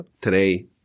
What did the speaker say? today